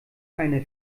einer